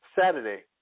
Saturday